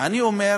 אני אומר